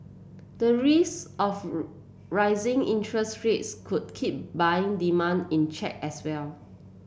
the risk of rising interest rates could keep buying demand in check as well